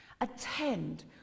attend